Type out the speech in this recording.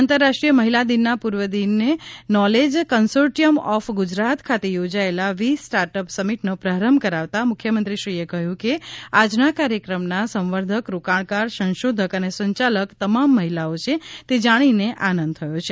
આંતરરાષ્ટ્રીય મહિલા દિનના પૂર્વ દિને નોલેજ કન્સોર્ટિયમ ઓફ ગુજરાત ખાતે યોજાયેલા વી સ્ટાર્ટ અપ સમિટ નો પ્રારંભ કરાવતા મુખ્યમંત્રીશ્રી એ કહ્યું કે આજના કાર્યક્રમના સંવર્ધક રોકાણકાર સંશોધક અને સંચાલક તમામ મહિલાઓ છે તે જાણીને આનંદ થયો છે